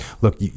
Look